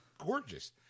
gorgeous